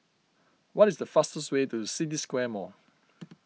what is the fastest way to City Square Mall